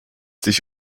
sich